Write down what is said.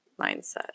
mindset